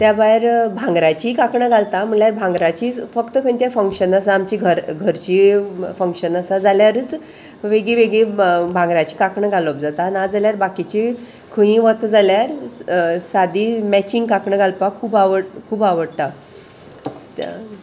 त्या भायर भांगराची कांकणां घालता म्हणल्यार भांगराची फक्त खंयचें फंक्शन आसा आमची घरची फंक्शन आसा जाल्यारच वेगळीवेगळी भांगराची कांकणां घालप जाता नाजाल्यार बाकीची खंयी वता जाल्यार सादी मॅचींग कांकणां घालपाक खूब आवड खूब आवडटा